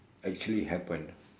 actually happen